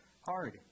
hard